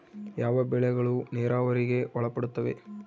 ಯಾವ ಬೆಳೆಗಳು ನೇರಾವರಿಗೆ ಒಳಪಡುತ್ತವೆ?